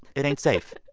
it ain't safe.